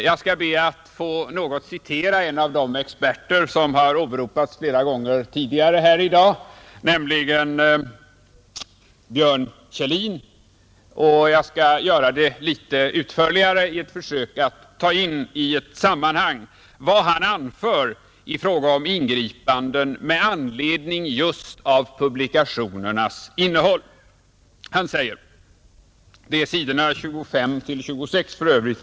Jag skall be att få citera en av de experter som flera gånger i dag har åberopats, nämligen Björn Kjellin. Jag skall göra det litet utförligare i ett försök att ta in i ett sammanhang vad han anför i fråga om ingripanden med anledning av just publikationernas innehåll.